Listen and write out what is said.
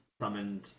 summoned